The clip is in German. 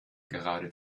gerade